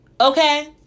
Okay